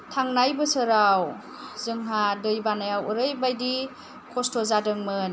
थांनाय बोसोराव जोंहा दै बानायाव ओरैबायदि खस्थ' जादोंमोन